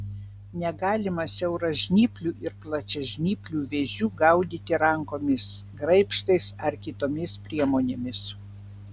negalima siauražnyplių ir plačiažnyplių vėžių gaudyti rankomis graibštais ar kitomis priemonėmis